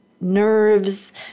nerves